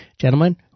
Gentlemen